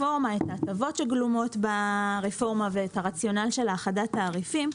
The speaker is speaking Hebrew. ההטבות שגלומות ברפורמה ואת הרציונל של האחדת תעריפים,